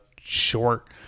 short